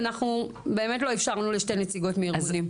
ואנחנו באמת לא אפשרנו לשתי נציגות מארגונים.